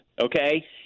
okay